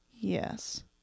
Yes